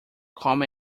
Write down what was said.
come